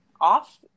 off